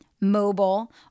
mobile